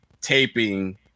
taping